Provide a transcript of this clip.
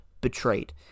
betrayed